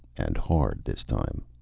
and hard this time.